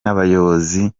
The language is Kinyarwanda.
n’abayobozi